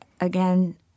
again